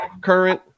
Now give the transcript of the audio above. current